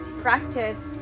practice